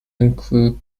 include